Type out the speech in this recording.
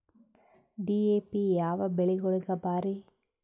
DAP ಯಾವ ಬೆಳಿಗೊಳಿಗ ಭಾರಿ?